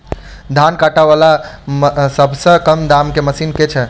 धान काटा वला सबसँ कम दाम केँ मशीन केँ छैय?